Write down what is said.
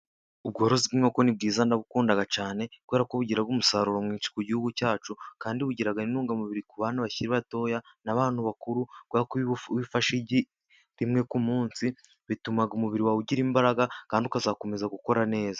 Ubwozi bw'inkoko ni bwiza ndabukunda cyane, kubera ko bugira umusaruro mwinshi ku gihugu cyacu, kandi ugira intungamubiri ku bantu bakiri batoya, n'abantu bakuru, kubera ko iyo wafashe igi rimwe ku munsi, bituma umubiri wawe ugira imbaraga, kandi ukazakomeza gukora neza.